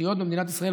התשתיות במדינת ישראל,